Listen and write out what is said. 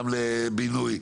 גם לבינוי,